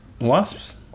Wasps